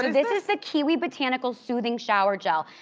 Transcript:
this is the kiwi botanical soothing shower gel.